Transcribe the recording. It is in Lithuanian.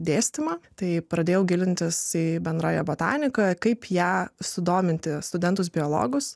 dėstymą tai pradėjau gilintis į bendrąja botanika kaip ją sudominti studentus biologus